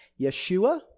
Yeshua